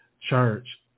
church